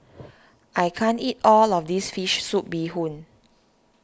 I can't eat all of this Fish Soup Bee Hoon